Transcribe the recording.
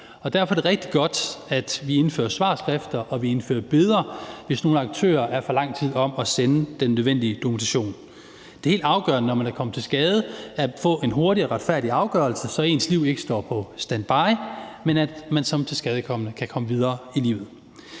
Derfor er det rigtig godt, at vi indfører svarfrister, og at vi indfører bøder, hvis nogle aktører er for lang tid om at sende den nødvendige dokumentation. Det er helt afgørende, når man er kommet til skade, at få en hurtig og retfærdig afgørelse, så ens liv ikke står på standby og man som tilskadekommen kan komme videre i livet.